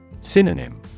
Synonym